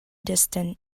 distant